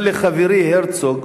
אומר לי חברי הרצוג